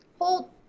hold